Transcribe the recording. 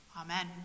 Amen